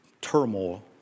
turmoil